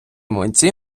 млинці